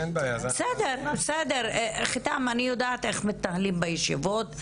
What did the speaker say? אני יודעת איך מתנהלים בישיבות.